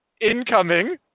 incoming